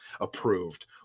approved